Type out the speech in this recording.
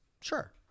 Sure